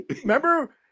remember